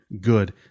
good